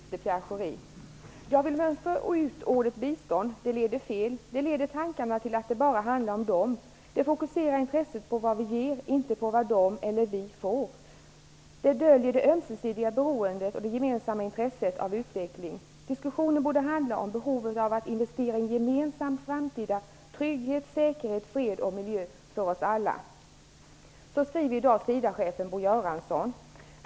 Fru talman! Jag riktar min fråga till biståndsminister Pierre Schori. Jag vill mönstra ut ordet bistånd. Det leder fel. Det leder tankarna till att det bara handlar om dem. Det fokuserar intresset på vad vi ger, inte på vad de eller vi får. Det döljer det ömsesidiga beroendet och det gemensamma intresset av utveckling. Diskussionen borde handla om behovet av att investera i gemensam framtida trygghet, säkerhet, fred och miljö för oss alla. Så skriver i dag SIDA-chefen Bo Göransson.